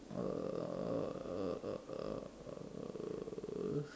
uh